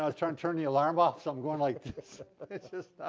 ah turn turn the alarm off so i'm going like this